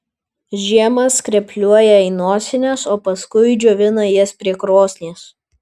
žiemą skrepliuoja į nosines o paskui džiovina jas prie krosnies